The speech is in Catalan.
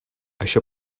això